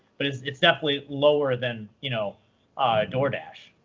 but it's it's definitely lower than you know doordash.